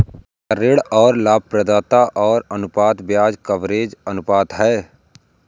क्या ऋण और लाभप्रदाता का अनुपात ब्याज कवरेज अनुपात है?